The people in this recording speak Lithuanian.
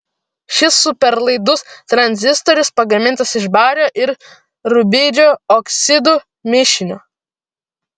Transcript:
šis superlaidus tranzistorius pagamintas iš bario ir rubidžio oksidų mišinio